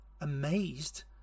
amazed